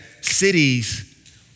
cities